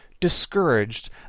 discouraged